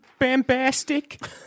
Bambastic